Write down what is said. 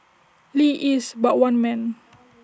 lee is but one man